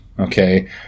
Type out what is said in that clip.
okay